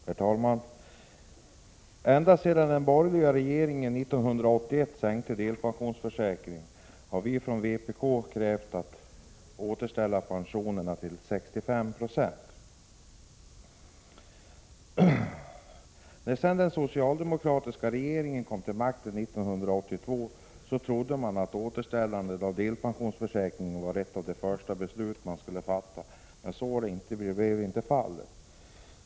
Herr talman! Ända sedan den borgerliga regeringen 1981 sänkte delpensionsförsäkringen har vi från vpk krävt att man skall återställa pensionerna till 65 36. När den socialdemokratiska regeringen kom till makten 1982 trodde man att återställandet av delpensionsförsäkringen var en av de första åtgärder regeringen skulle vidta. Så blev inte fallet.